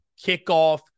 kickoff